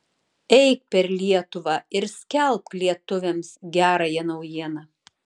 eik per lietuvą ir skelbk lietuviams gerąją naujieną